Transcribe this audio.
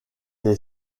est